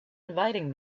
inviting